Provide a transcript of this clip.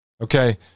Okay